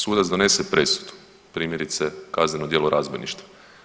Sudac donese presudu primjerice kazneno djelo razbojništva.